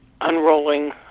unrolling